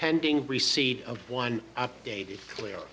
pending receipt of one updated clear